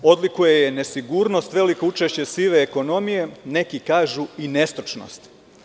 Odlikuje je nesigurnost, veliko učešće sive ekonomije, neki kažu i nestručnost.